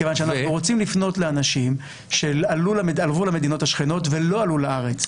מכיוון שאנחנו רוצים לפנות לאנשים שעלו למדינות השכנות ולא עלו לארץ.